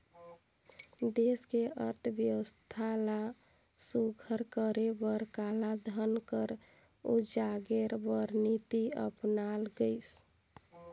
देस के अर्थबेवस्था ल सुग्घर करे बर कालाधन कर उजागेर बर नीति अपनाल गइस